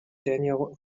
daniel